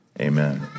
Amen